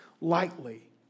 lightly